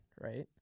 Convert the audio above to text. right